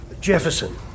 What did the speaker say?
Jefferson